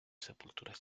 sepulturas